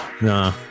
Nah